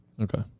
Okay